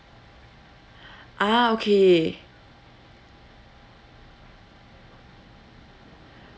ah okay